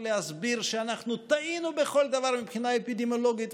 להסביר שאנחנו טעינו בכל דבר מבחינה אפידמיולוגית,